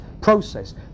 process